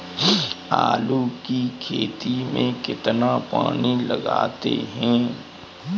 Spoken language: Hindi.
आलू की खेती में कितना पानी लगाते हैं?